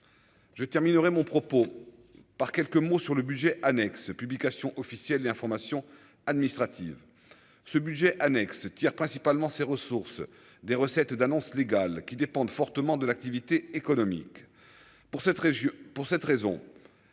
je terminerai mon propos par quelques mots sur le budget annexe Publications officielles et information administrative ce budget annexe tire principalement ses ressources des recettes d'annonces légales qui dépendent fortement de l'activité économique pour cette région,